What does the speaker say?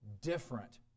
different